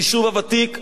היישוב הוותיק,